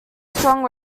strong